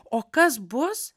o kas bus